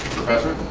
professor?